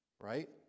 right